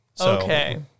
Okay